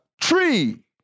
tree